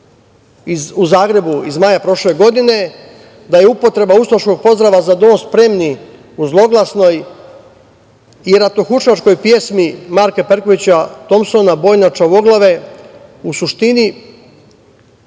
u Zagrebu iz maja prošle godine da je upotreba ustaškog pozdrava - za dom spremni u zloglasnoj i ratnohuškačkoj pesmi Marko Perkovića Tomsona „Boj na čavoglave“ u suštini